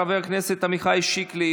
חבר הכנסת עמיחי שיקלי,